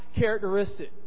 characteristic